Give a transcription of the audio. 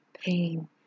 pain